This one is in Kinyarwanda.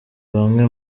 bamwe